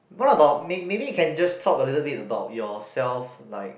what about may maybe you can just talk a little bit about yourself like